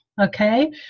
okay